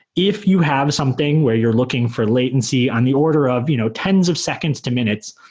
if you have something where you're looking for latency on the order of you know tens of seconds to minutes,